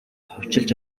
хувьчилж